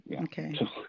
Okay